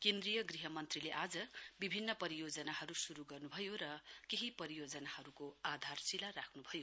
केन्द्रीय मन्त्रीले आज विभिन्न परियोजनाहरू श्रू गर्न्भयो र केही परियोजनाहरूको आधारशिला राख्न्भयो